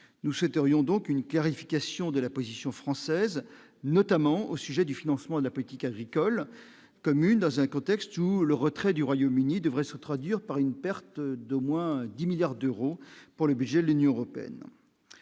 nous souhaiterions donc une clarification de la position française, notamment au sujet du financement de la politique agricole commune, dans un contexte où le retrait du Royaume-Uni devrait se traduire par une perte d'au moins 10 milliards d'euros pour le budget de l'Union européenne,